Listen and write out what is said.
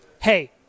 hey